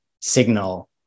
signal